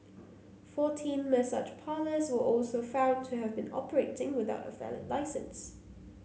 fourteen massage parlours were also found to have been operating without a valid licence